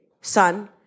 son